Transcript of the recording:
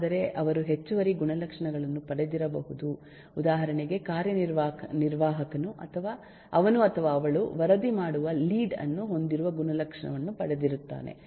ಆದರೆ ಅವರು ಹೆಚ್ಚುವರಿ ಗುಣಲಕ್ಷಣಗಳನ್ನು ಪಡೆದಿರಬಹುದು ಉದಾಹರಣೆಗೆ ಕಾರ್ಯನಿರ್ವಾಹಕನು ಅವನು ಅಥವಾ ಅವಳು ವರದಿ ಮಾಡುವ ಲೀಡ್ ಅನ್ನು ಹೊಂದಿರುವ ಗುಣಲಕ್ಷಣವನ್ನು ಪಡೆದಿರುತ್ತಾನೆ